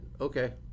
okay